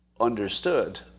understood